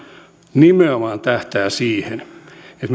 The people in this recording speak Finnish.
nimenomaan tähtää siihen että